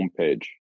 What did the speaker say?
homepage